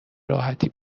راحتی